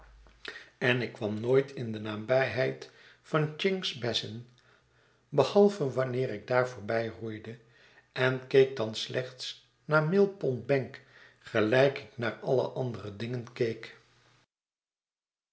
en ik kwam nooit groote verwachtingen in de nabijheid van chink's basin behalve wanneer ik daar voorbijroeide en keek dan slechts naar mill pond bank gelyk ik naar alle andere dingen